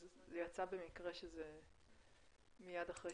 אז יצא במקרה שזה מייד אחרי